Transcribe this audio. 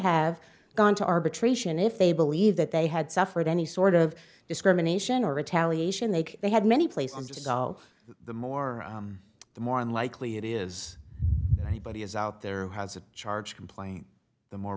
have gone to arbitration if they believe that they had suffered any sort of discrimination or retaliation they had many places to go the more the more unlikely it is anybody is out there who has a charge complain the more